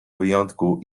wyjątku